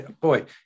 Boy